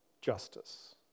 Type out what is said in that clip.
justice